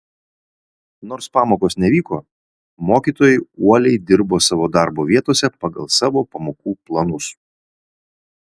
nors pamokos nevyko mokytojai uoliai dirbo savo darbo vietose pagal savo pamokų planus